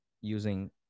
Using